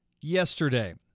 yesterday